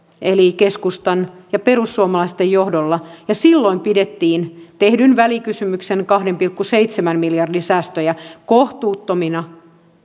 eli keskustan ja perussuomalaisten johdolla ja silloin pidettiin tehdyn välikysymyksen mukaan yhden pilkku seitsemän miljardin säästöjä kohtuuttomina